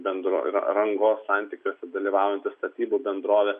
bendrovę rangos santykiuose dalyvaujanti statybų bendrovė